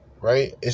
right